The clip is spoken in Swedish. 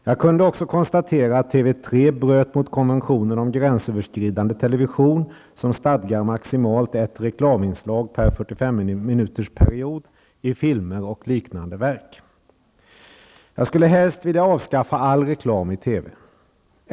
Jag kunde också konstatera att TV 3 bröt mot konventionen om gränsöverskridande television, som stadgar maximalt ett reklaminslag per 45 Jag skulle helst vilja avskaffa all reklam i TV.